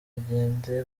agende